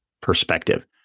perspective